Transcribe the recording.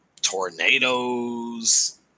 tornadoes